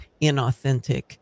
inauthentic